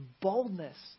boldness